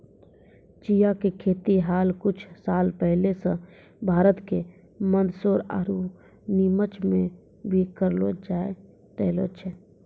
चिया के खेती हाल कुछ साल पहले सॅ भारत के मंदसौर आरो निमच मॅ भी करलो जाय रहलो छै